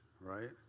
right